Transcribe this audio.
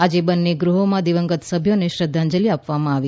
આજે બન્ને ગૃહમાં દિવંગત સભ્યોને શ્રદ્ધાંજલિ આપવામાં આવી